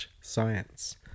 science